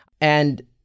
And-